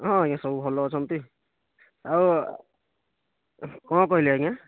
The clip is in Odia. ହଁ ଆଜ୍ଞା ସବୁ ଭଲ ଅଛନ୍ତି ଆଉ କଣ କହିଲେ ଆଜ୍ଞା